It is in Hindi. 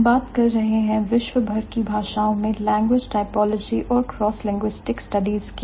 हम बात कर रहे हैं विश्व भर की भाषाओं मैं language typology और crosslinguistic studies की